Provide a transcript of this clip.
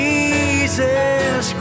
Jesus